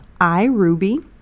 iRuby